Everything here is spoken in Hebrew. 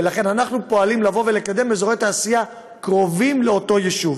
ולכן אנחנו פועלים לבוא ולקדם אזורי תעשייה קרובים לאותו יישוב.